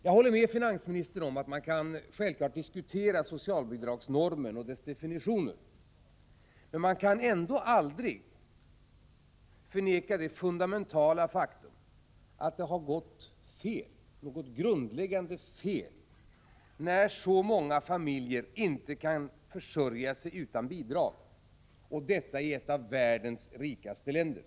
Jag håller med finansministern om att man självfallet kan diskutera socialbidragsnormen och dess definitioner. Men man kan aldrig förneka det fundamentala faktum att någonting grundläggande har gått fel när så många familjer inte kan försörja sig utan bidrag — och detta i ett av världens rikaste länder!